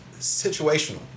situational